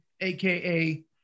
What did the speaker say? aka